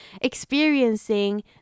Experiencing